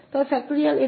तो n